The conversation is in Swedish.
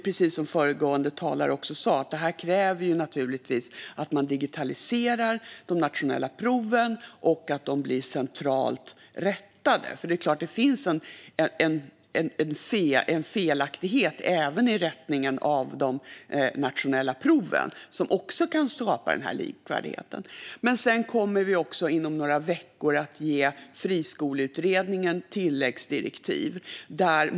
Precis som föregående talare sa kräver detta naturligtvis att man digitaliserar de nationella proven och att de blir centralt rättade, för det finns en felaktighet även i rättningen av de nationella proven som också kan skapa olikvärdighet. Vi kommer också, inom några veckor, att ge friskoleutredningen tilläggsdirektiv.